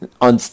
on